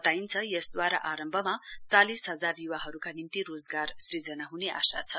बताइन्छ यसद्वारा आरम्भमा चालिस हजार युवाहरूका निम्ति रोजगार सृजना ह्ने आशा छ